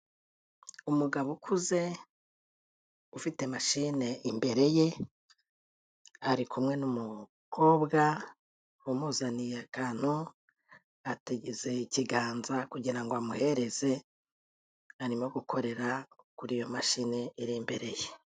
Umugabo ukuze ufite mashine imbere ye, ari kumwe n'umukobwa umuzaniye akantu, ateze ikiganza kugira ngo amuhereze, arimo gukorera kuri iyo mashini iri imbere ye.